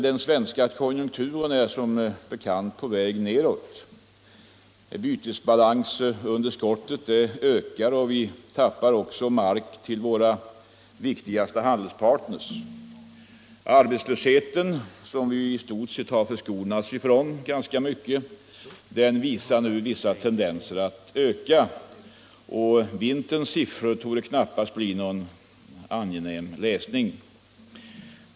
Den svenska konjunkturen är som bekant på väg nedåt. Bytesbalansunderskottet ökar och vi förlorar mark till våra viktigaste handelspartners. Arbetslösheten, som vi i ganska stor utsträckning har förskonats ifrån, visar nu tendenser att öka, och vinterns siffror torde knappast bli någon angenäm läsning.